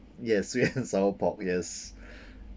yes sweet and sour pork yes